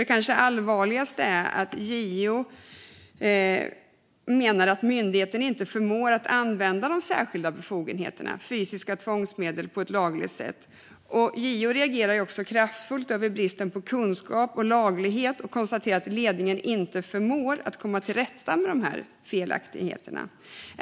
Det kanske allvarligaste är att JO menar att myndigheten inte förmår använda de särskilda befogenheterna, fysiska tvångsmedel, på ett lagligt sätt. JO reagerar också kraftfullt över bristen på kunskap och laglighet och konstaterar att ledningen inte förmår komma till rätta med felaktigheterna.